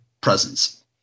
presence